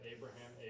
Abraham